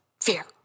fear